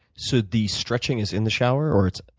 so the stretching is in the shower, or it's?